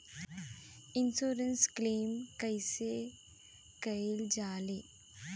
Insurance claim कइसे कइल जा ले?